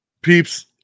Peeps